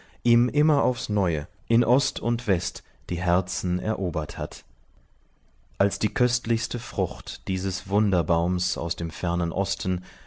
ihm immer aufs neue in ost und west die herzen erobert hat als die köstlichste frucht dieses wunderbaums aus dem fernen osten